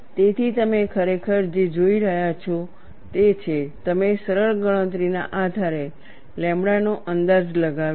તેથી તમે ખરેખર જે જોઈ રહ્યા છો તે છે તમે સરળ ગણતરીના આધારે લેમ્બડા નો અંદાજ લગાવ્યો છે